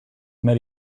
met